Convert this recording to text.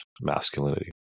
masculinity